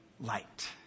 light